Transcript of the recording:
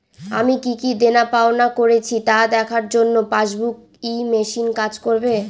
আমি কি কি দেনাপাওনা করেছি তা দেখার জন্য পাসবুক ই মেশিন কাজ করবে?